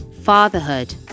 fatherhood